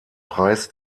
preis